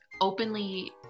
openly